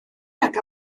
nag